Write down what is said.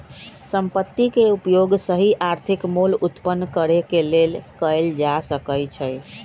संपत्ति के उपयोग सही आर्थिक मोल उत्पन्न करेके लेल कएल जा सकइ छइ